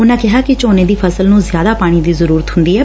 ਉਨਾਂ ਕਿਹਾ ਕਿ ਝੋਨੇ ਦੀ ਫਸਲ ਨੰ ਜ਼ਿਆਦਾ ਪਾਣੀ ਦੀ ਜ਼ਰਰਤ ਹੂੰਦੀ ਐ